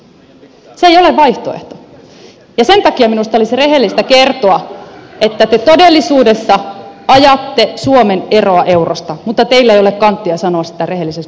sen takia minusta olisi rehellistä kertoa että te todellisuudessa ajatte suomen eroa eurosta mutta teillä ei ole kanttia sanoista rehelliset